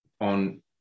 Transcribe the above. on